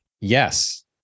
Yes